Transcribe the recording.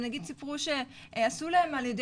הם נגיד סיפרו שעשו להם על ידי מורים.